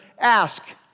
ask